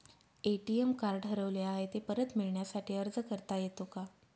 ATM card हरवले आहे, ते परत मिळण्यासाठी अर्ज करता येतो का?